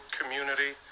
community